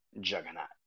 juggernaut